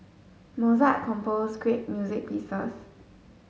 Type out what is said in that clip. Mozart composed great music pieces